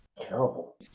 Terrible